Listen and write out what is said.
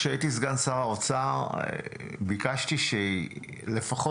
כשהייתי סגן שר האוצר ביקשתי שלפחות